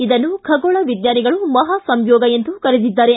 ಇದನ್ನು ಖಗೋಳ ವಿಜ್ಞಾನಿಗಳು ಮಹಾ ಸಂಯೋಗ ಎಂದು ಕರೆದಿದ್ದಾರೆ